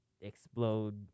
explode